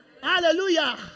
Hallelujah